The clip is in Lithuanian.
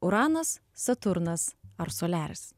uranas saturnas ar soliaris